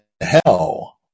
hell